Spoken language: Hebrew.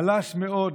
חלש מאוד,